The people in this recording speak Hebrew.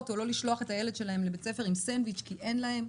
או לא לשלוח את הילד לבית ספר עם סנדוויץ' כי אין להם,